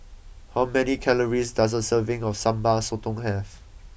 how many calories does a serving of Sambal Sotong have